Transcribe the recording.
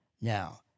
Now